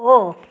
हो